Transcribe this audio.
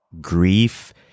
grief